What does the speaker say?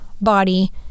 body